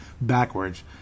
backwards